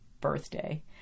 birthday